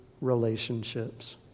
relationships